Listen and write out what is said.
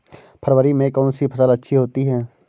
फरवरी में कौन सी फ़सल अच्छी होती है?